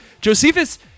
josephus